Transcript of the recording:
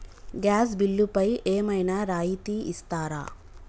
Gas బిల్లుపై ఏమైనా రాయితీ ఇస్తారా?